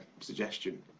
suggestion